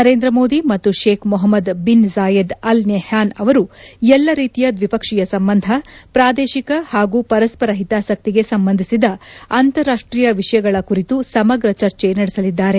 ನರೇಂದ್ರ ಮೋದಿ ಮತ್ನು Sheikh Mohammed bin Zayed al Nahyan ಅವರು ಎಲ್ಲಾ ರೀತಿಯ ದ್ದಿಪಕ್ಷೀಯ ಸಂಬಂಧ ಪ್ರಾದೇಶಿಕ ಹಾಗೂ ಪರಸ್ವರ ಹಿತಾಸಕ್ತಿಗೆ ಸಂಬಂಧಿಸಿದ ಅಂತಾರಾಷ್ಷೀಯ ವಿಷಯಗಳ ಕುರಿತು ಸಮಗ್ರ ಚರ್ಚೆ ನಡೆಸಲಿದ್ದಾರೆ